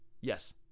Yes